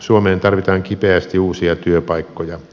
suomeen tarvitaan kipeästi uusia työpaikkoja